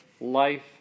life